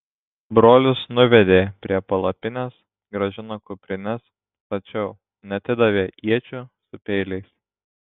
brolius nuvedė prie palapinės grąžino kuprines tačiau neatidavė iečių su peiliais